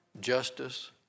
justice